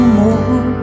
more